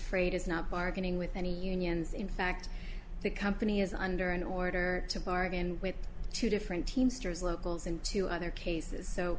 is not bargaining with any unions in fact the company is under in order to bargain with two different teamsters locals and two other cases so